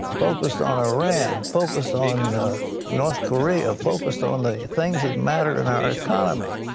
focused on iran, focused on north korea, focused on the things that matter in our economy.